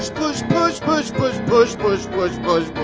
push push push push push push push push